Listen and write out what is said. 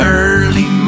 early